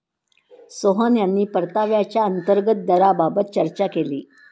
सोहन यांनी परताव्याच्या अंतर्गत दराबाबत चर्चा केली